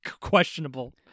questionable